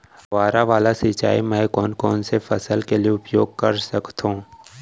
फवारा वाला सिंचाई मैं कोन कोन से फसल के लिए उपयोग कर सकथो?